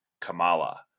Kamala